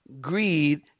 greed